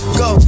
go